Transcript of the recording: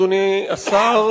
אדוני השר,